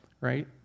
Right